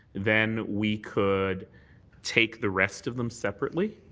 then we could take the rest of them separately.